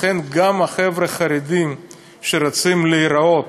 לכן, גם חבר'ה חרדים שרוצים להיראות